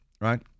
right